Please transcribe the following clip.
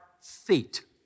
feet